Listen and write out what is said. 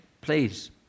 please